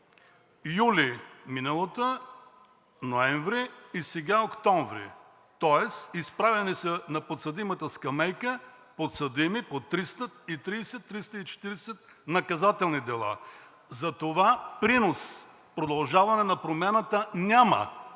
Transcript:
юли миналата, ноември и сега октомври. Тоест изправени са на подсъдимата скамейка подсъдими по 330 – 340 наказателни дела. Затова принос „Продължаваме Промяната“ няма.